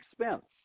expense